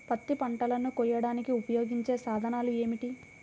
పత్తి పంటలను కోయడానికి ఉపయోగించే సాధనాలు ఏమిటీ?